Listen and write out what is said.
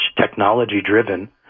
technology-driven